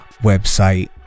website